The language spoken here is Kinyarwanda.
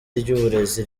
ry’uburezi